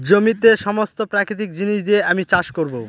জমিতে সমস্ত প্রাকৃতিক জিনিস দিয়ে আমি চাষ করবো